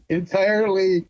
entirely